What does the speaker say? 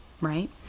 Right